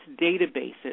databases